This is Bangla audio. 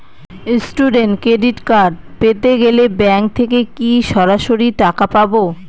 স্টুডেন্ট ক্রেডিট কার্ড পেতে গেলে ব্যাঙ্ক থেকে কি সরাসরি টাকা পাবো?